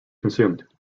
consumed